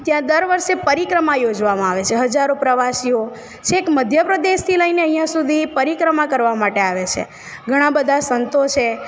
ત્યાં દર વર્ષે પરિક્રમા યોજવામાં આવે છે હજારો પ્રવાસીઓ છેક મધ્ય પ્રદેશથી લઈને અહિયાં સુધી પરિક્રમા કરવાં માટે આવે છે ઘણા બધા સંતો છે